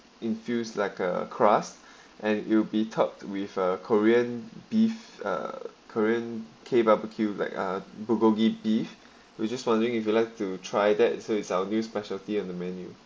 infused like a crust and it'll be topped with a korean beef uh korean K barbecue like uh bulgogi beef we just wondering if you'd like to try that so it's our new specialty in the menu